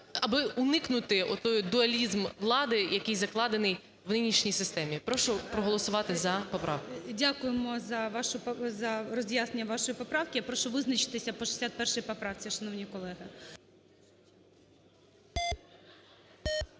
аби уникнути той дуалізм влади, який закладений в нинішній системі. Прошу проголосувати за поправку. ГОЛОВУЮЧИЙ. Дякуємо за роз'яснення вашої поправки. Я прошу визначитися по 61 поправці, шановні колеги.